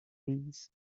bees